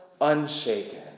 unshaken